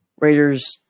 Raiders